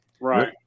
right